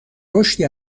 رشدی